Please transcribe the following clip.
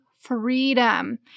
Freedom